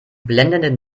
blendenden